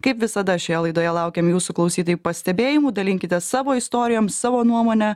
kaip visada šioje laidoje laukiam jūsų klausytojai pastebėjimų dalinkitės savo istorijom savo nuomone